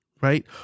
right